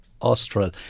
Austral